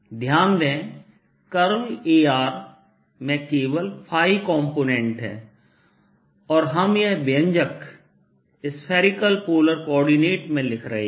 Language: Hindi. ध्यान दें कर्ल Ar में केवल ɸ कॉम्पोनेंट् है और हम यह व्यंजक स्फेरिकल पोलर कोऑर्डिनेट में लिख रहे हैं